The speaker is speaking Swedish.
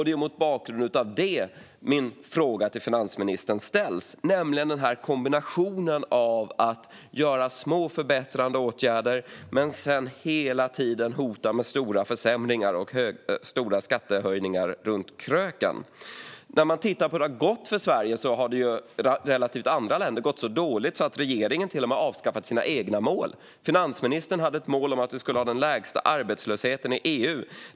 Det är mot bakgrund av detta som min fråga till finansministern ställs, nämligen kombinationen av att göra små förbättrande åtgärder och sedan hela tiden hota med att stora försämringar och stora skattehöjningar väntar runt kröken. När man tittar på hur det har gått för Sverige ser man att det i jämförelse med andra länder gått så dåligt att regeringen till och med har avskaffat sina egna mål. Finansministern hade ett mål om att vi skulle ha den lägsta arbetslösheten i EU.